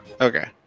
Okay